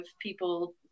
people